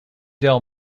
del